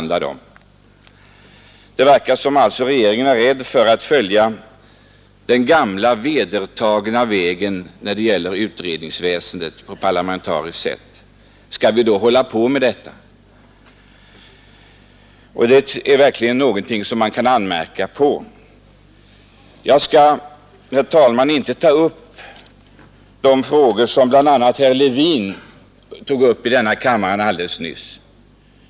Det verkar som om regeringen är rädd för att följa den gamla, vedertagna vägen när det gäller det parlamentariska utredningsväsendet. Skall vi då hålla på med detta? Det är verkligen någonting som man kan anmärka på. Jag skall, herr talman, inte ta upp de frågor som bl.a. herr Levin berörde alldeles nyss.